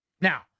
Now